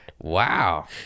wow